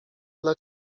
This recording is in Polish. dla